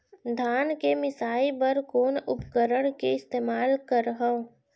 धान के मिसाई बर कोन उपकरण के इस्तेमाल करहव?